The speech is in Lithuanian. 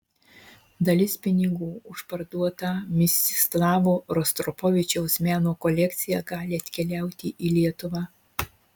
dalis pinigų už parduotą mstislavo rostropovičiaus meno kolekciją gali atkeliauti į lietuvą